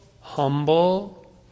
humble